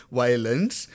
violence